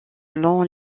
selon